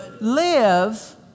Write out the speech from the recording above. live